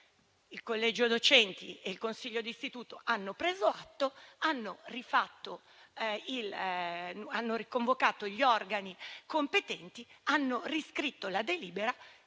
Il Collegio docenti e il Consiglio d'istituto hanno preso atto, hanno riconvocato gli organi competenti ed hanno riscritto la delibera,